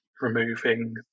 removing